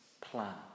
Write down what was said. plan